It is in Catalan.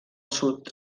sud